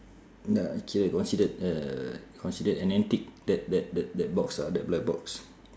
ya it can considered uh considered an antique that that that box ah that black box